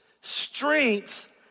strength